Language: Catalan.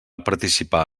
participar